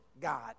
God